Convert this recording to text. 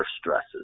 stresses